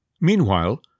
Meanwhile